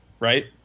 right